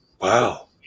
Wow